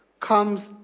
comes